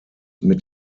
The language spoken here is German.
mit